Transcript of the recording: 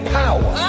power